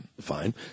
fine